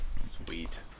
Sweet